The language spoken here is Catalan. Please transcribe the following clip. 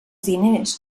diners